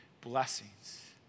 blessings